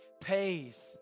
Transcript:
pays